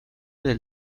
del